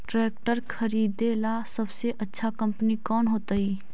Tractor खरीदेला सबसे अच्छा कंपनी कौन होतई?